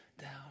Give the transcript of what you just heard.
down